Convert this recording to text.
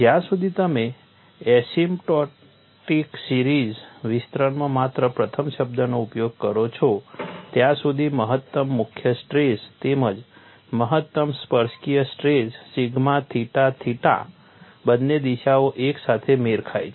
જ્યાં સુધી તમે એસિમ્પટોટિક સિરીજ વિસ્તરણમાં માત્ર પ્રથમ શબ્દનો ઉપયોગ કરો છો ત્યાં સુધી મહત્તમ મુખ્ય સ્ટ્રેસ તેમજ મહત્તમ સ્પર્શકીય સ્ટ્રેસ સિગ્મા થીટા થીટા બંને દિશાઓ એક સાથે મેળ ખાય છે